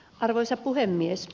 arvoisa puhemies